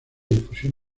difusión